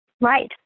Right